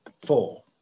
Four